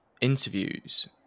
interviews